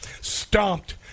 stomped